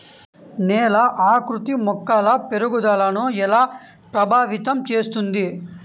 నేల ఆకృతి మొక్కల పెరుగుదలను ఎలా ప్రభావితం చేస్తుంది?